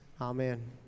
Amen